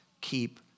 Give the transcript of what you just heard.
keep